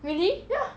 really